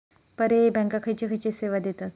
पर्यायी बँका खयचे खयचे सेवा देतत?